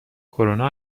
کرونا